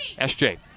SJ